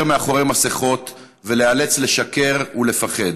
מאחורי מסכות ולהיאלץ לשקר ולפחד.